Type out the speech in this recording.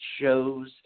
shows